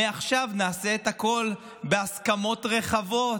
מעכשיו נעשה את הכול בהסכמות רחבות.